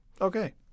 Okay